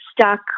stuck